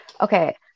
okay